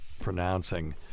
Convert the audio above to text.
pronouncing